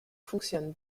fonctionne